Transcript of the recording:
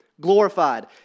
glorified